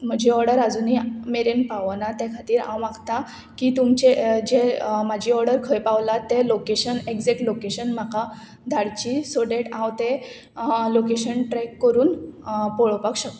म्हजी ऑर्डर आजुनूय मेरेन पावना त्या खातीर हांव मागता की तुमचे जे म्हाजी ऑर्डर खंय पावला ते लोकेशन एग्जॅक्ट लोकेशन म्हाका धाडची सो डॅट हांव ते लोकेशन ट्रॅक करून पळोवपाक शकता